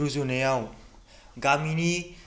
रुजुनायाव गामिनि